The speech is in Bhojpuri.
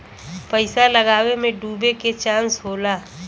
पइसा लगावे मे डूबे के चांस होला